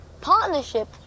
partnership